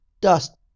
dust